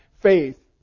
faith